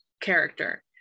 character